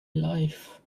life